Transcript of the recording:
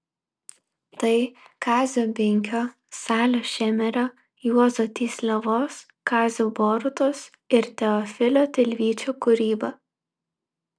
tai kazio binkio salio šemerio juozo tysliavos kazio borutos ir teofilio tilvyčio kūryba